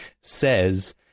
says